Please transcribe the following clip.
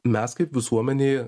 mes kaip visuomenė